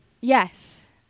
Yes